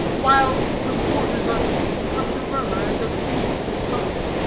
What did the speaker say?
while, from quarters unseen, comes a murmur as of bees in the comb.